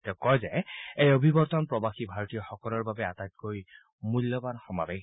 তেওঁ কয় যে এই অভিৱৰ্তন প্ৰৱাসী ভাৰতীয়সকলৰ বাবে আটাইতকৈ মূল্যবান সমাৱেশ